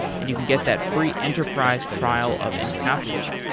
and you can get that free enterprise trial of encapsula.